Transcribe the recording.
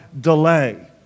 delay